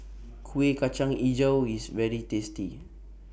Kuih Kacang Hijau IS very tasty